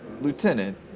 Lieutenant